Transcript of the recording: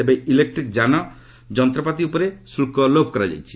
ତେବେ ଇଲେକ୍ଟ୍ରିକ୍ ଯାନ ଯନ୍ତ୍ରପାତି ଉପରେ ଶୁଳ୍କ ଲୋପ କରାଯାଇଛି